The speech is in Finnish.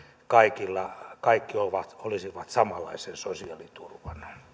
kaikki olisivat samanlaisen sosiaaliturvan